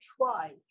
try